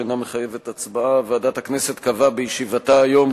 שאינה מחייבת הצבעה: ועדת הכנסת קבעה בישיבתה היום,